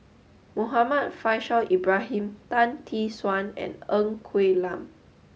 Muhammad Faishal Ibrahim Tan Tee Suan and Ng Quee Lam